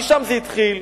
משם זה התחיל.